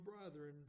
brethren